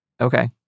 Okay